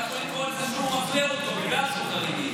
אתה יכול לתבוע על זה שהוא מפלה אותו בגלל שהוא חרדי.